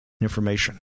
information